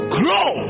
grow